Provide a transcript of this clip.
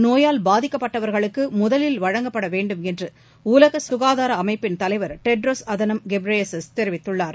நோயால் பாதிக்கப்படுபவர்களுக்கு முதலில் வழங்கப்பட வேண்டும் என்று உலக சுகாதார அமைப்பின் தலைவர் டெட்ரோஸ் அதனோம் கெப்ரிசியஸ் தெரிவித்துள்ளார்